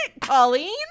Colleen